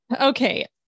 Okay